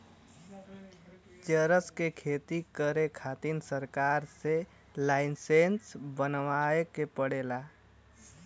चरस क खेती करे खातिर सरकार से लाईसेंस बनवाए के पड़ेला